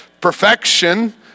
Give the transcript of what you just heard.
perfection